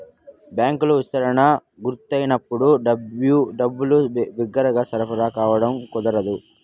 బ్యాంకులు విస్తరణకు గురైనప్పుడు డబ్బులు బిరిగ్గా సరఫరా కావడం కుదరదు